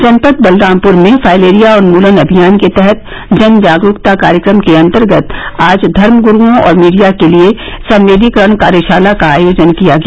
जनपद बलरामपुर में फाइलेरिया उन्मूलन अभियान के तहत जनजागरूकता कार्यक्रम के अंतर्गत आज धर्मगुरुओं और मीडिया के लिए संवेदीकरण कार्यशाला का आयोजन किया गया